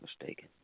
mistaken